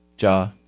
Ja